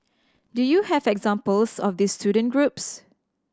do you have examples of these student groups